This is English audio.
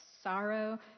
sorrow